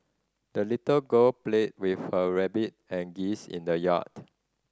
the little girl played with her rabbit and geese in the yard